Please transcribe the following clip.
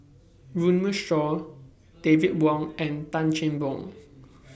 Runme Shaw David Wong and Tan Cheng Bock